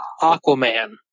Aquaman